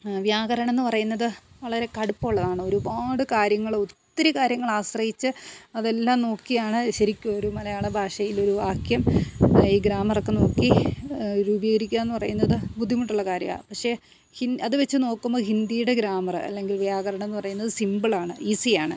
വ്യാകരണം എന്നു പറയുന്നത് വളരെ കടുപ്പമുള്ളതാണ് ഒരുപാട് കാര്യങ്ങൾ ഒത്തിരി കാര്യങ്ങൾ ആശ്രയിച്ചു അതെല്ലാം നോക്കിയാണ് ശരിക്ക് ഒരു മലയാള ഭാഷയിൽ ഒരു വാക്യം ഈ ഗ്രാമറൊക്കെ നോക്കി രുപീകരിക്കുക എന്ന് പറയുന്നത് ബുദ്ധിമുട്ടുള്ള കാര്യമാണ് പക്ഷെ അത് വച്ചു നോക്കുമ്പോൾ ഹിന്ദിയുടെ ഗ്രാമറ് അല്ലെങ്കിൽ വ്യാകരണം എന്നു പറയുന്നത് സിമ്പിൾ ആണ് ഈസി ആണ്